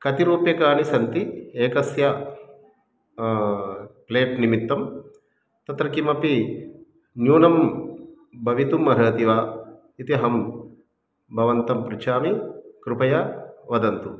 कति रूप्यकाणि सन्ति एकस्य प्लेट् निमित्तं तत्र किमपि न्यूनं भवितुम् अर्हति वा इत्यहं भवन्तं पृच्छामि कृपया वदन्तु